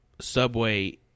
Subway